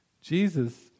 Jesus